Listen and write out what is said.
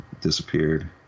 disappeared